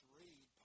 read